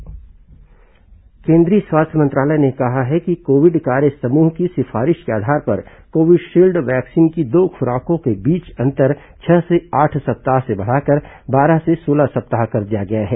Covid टीका टीका web portal केन्द्रीय स्वास्थ्य मंत्रालय ने कहा है कि कोविड कार्य समूह की सिफारिश के आधार पर कोविशील्ड वैक्सीन की दो खुराकों के बीच अंतर छह से आठ सप्ताह से बढ़ाकर बारह से सोलह सप्ताह कर दिया गया है